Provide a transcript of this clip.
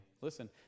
Listen